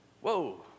Whoa